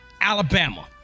Alabama